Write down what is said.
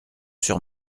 sur